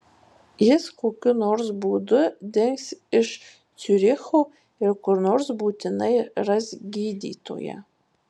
jis kokiu nors būdu dings iš ciuricho ir kur nors būtinai ras gydytoją